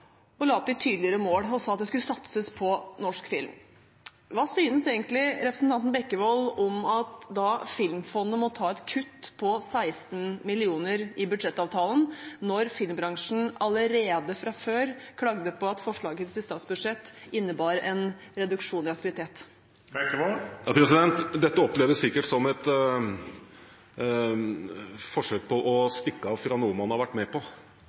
meldingen, la til tydeligere mål og sa at det skulle satses på norsk film. Hva synes egentlig representanten Bekkevold om at Filmfondet må ta et kutt på 16 mill. kr i budsjettavtalen, når filmbransjen allerede hadde klaget på at forslaget til statsbudsjett innebar en reduksjon i aktivitet? Dette oppleves sikkert som et forsøk på å stikke av fra noe man har vært med på,